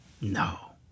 No